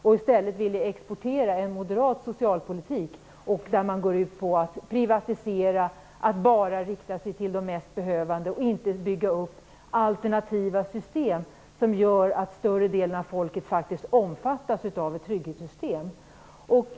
I stället vill man exportera en moderat socialpolitik som går ut på att privatisera och bara rikta sig till de mest behövande och inte på att bygga upp alternativa system som gör att större delen av folket faktiskt omfattas av ett trygghetssystem.